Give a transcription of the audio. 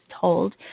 told